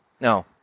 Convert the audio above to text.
No